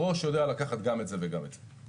הראש יודע לקחת גם את זה וגם את זה.